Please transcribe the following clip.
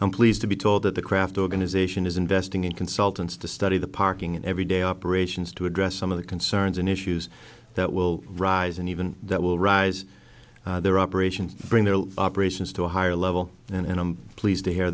i'm pleased to be told that the kraft organization is investing in consultants to study the parking every day operations to address some of the concerns and issues that will rise and even that will rise their operations bring their operations to a higher level and i'm pleased to hear